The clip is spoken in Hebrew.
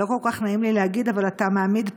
לא כל כך נעים לי להגיד, אבל אתה מעמיד פנים,